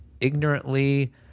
ignorantly